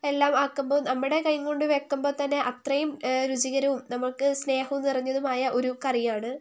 എല്ലാം ആക്കുമ്പോൾ നമ്മുടെ കൈകൊണ്ട് വയ്ക്കുമ്പോൾ തന്നെ അത്രയും രുചികരവും നമുക്ക് സ്നേഹവും നിറഞ്ഞതുമായ ഒരു കറിയാണ്